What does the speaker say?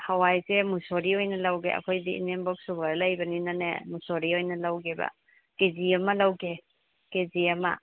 ꯍꯥꯋꯥꯏꯁꯦ ꯃꯨꯛꯁꯣꯔꯤ ꯑꯣꯏꯅ ꯂꯧꯒꯦ ꯑꯩꯈꯣꯏꯁꯤ ꯏꯅꯦꯝꯕꯣꯛ ꯁꯨꯒꯔ ꯂꯩꯕꯅꯤꯅꯅꯦ ꯃꯨꯛꯁꯣꯔꯤ ꯑꯣꯏꯅ ꯂꯧꯒꯦꯕ ꯀꯦꯖꯤ ꯑꯃ ꯂꯧꯒꯦ ꯀꯦꯖꯤ ꯑꯃ